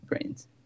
brains